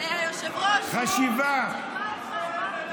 אדוני היושב-ראש, נגמר הזמן.